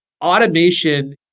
automation